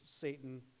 Satan